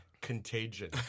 Contagion